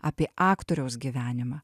apie aktoriaus gyvenimą